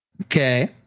Okay